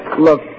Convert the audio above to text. Look